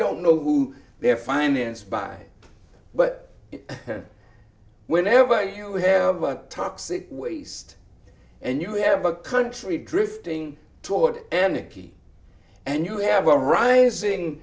don't know who they are financed by but whenever you have a toxic waste and you have a country drifting toward an icky and you have a rising